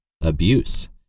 abuse